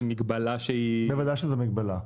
מגבלה שהיא -- בוודאי שזאת מגבלה,